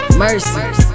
mercy